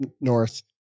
north